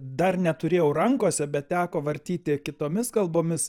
dar neturėjau rankose bet teko vartyti kitomis kalbomis